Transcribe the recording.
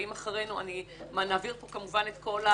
לבאים אחרינו אנחנו נעביר הכול.